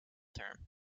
term